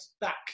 back